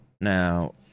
Now